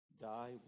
die